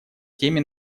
теме